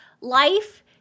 life